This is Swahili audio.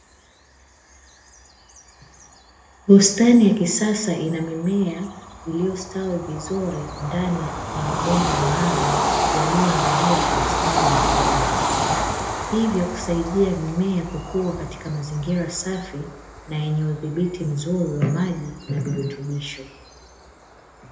Bustani ya kisasa ina mimea iliyostawi vizuri ndani ya mabomba maalumu yaliyoandaliwa kwa ustadi mkubwa. Hivyo kusaidia mimea kukua katika mazingira safi na yenye udhibiti mzuri wa maji na virutubisho.